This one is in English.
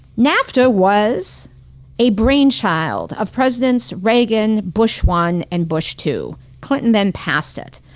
nafta was a brainchild of presidents reagan, bush one, and bush two. clinton then passed it.